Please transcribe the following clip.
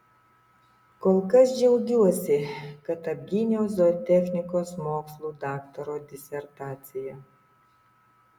kol kas džiaugiuosi kad apgyniau zootechnikos mokslų daktaro disertaciją